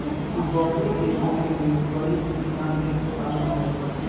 बकरी के गांव में गरीब किसान ढेर पालत हवे